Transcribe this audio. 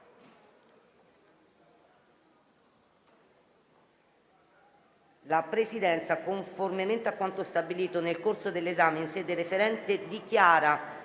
La Presidenza, conformemente a quanto stabilito nel corso dell'esame in sede referente, dichiara